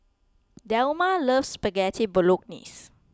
Delmar loves Spaghetti Bolognese